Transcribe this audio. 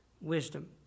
wisdom